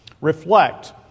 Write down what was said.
reflect